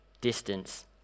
distance